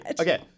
Okay